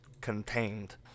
contained